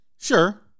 Sure